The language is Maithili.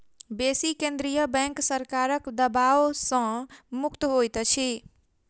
बेसी केंद्रीय बैंक सरकारक दबाव सॅ मुक्त होइत अछि